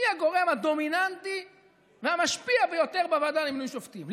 מי הגורם הדומיננטי והמשפיע ביותר בוועדה למינוי שופטים?